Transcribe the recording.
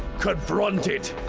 confront it,